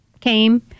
came